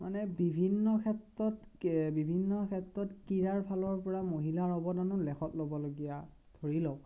মানে বিভিন্ন ক্ষেত্ৰত বিভিন্ন ক্ষেত্ৰত ক্ৰীড়াৰ ফালৰপৰা মহিলাৰ অৱদানো লেখত ল'বলগীয়া ধৰি লওক